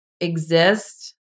exist